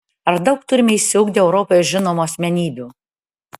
ar daug turime išsiugdę europoje žinomų asmenybių